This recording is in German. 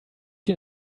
die